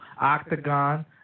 octagon